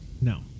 No